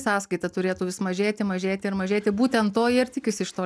sąskaita turėtų vis mažėti mažėti ir mažėti būtent to jie ir tikisi iš to